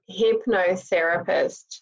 hypnotherapist